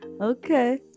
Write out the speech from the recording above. Okay